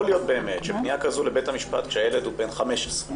יכול להיות שפנייה כזו לבית המשפט כשהילד הוא בן 15,